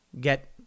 get